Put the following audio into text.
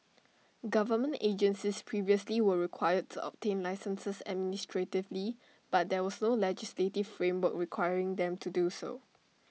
government agencies previously were required to obtain licences administratively but there was no legislative framework requiring them to do so